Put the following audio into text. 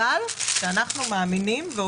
אבל אנחנו מאמינים שתהיה השפעה,